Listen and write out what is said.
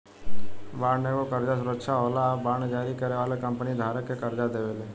bond एगो कर्जा सुरक्षा होला आ बांड जारी करे वाली कंपनी धारक के कर्जा देवेले